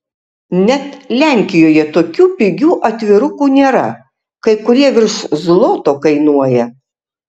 net lenkijoje tokių pigių atvirukų nėra kai kurie virš zloto kainuoja